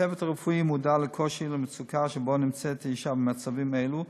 הצוות הרפואי מודע לקושי ולמצוקה שבהם נמצאת האישה במצבים אלה,